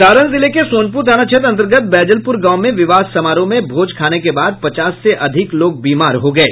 सारण जिले के सोनपुर थाना क्षेत्र अंतर्गत बैजलपुर गांव में विवाह समारोह में भोज खाने के बाद पचास से अधिक लोग बीमार हो गये